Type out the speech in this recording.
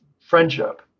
friendship